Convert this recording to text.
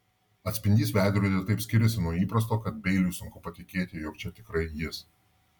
atspindys veidrodyje taip skiriasi nuo įprasto kad beiliui sunku patikėti jog čia tikrai jis